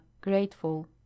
grateful